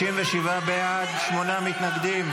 37 בעד, שמונה מתנגדים.